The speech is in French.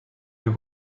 plus